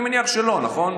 אני מניח שלא, נכון?